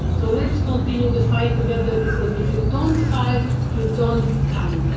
so, let's continue the fight together, because if you don't fight, you don't count.